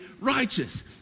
righteous